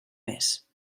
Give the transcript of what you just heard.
més